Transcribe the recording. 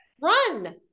run